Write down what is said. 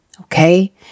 Okay